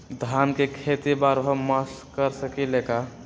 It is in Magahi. धान के खेती बारहों मास कर सकीले का?